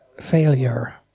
failure